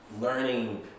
learning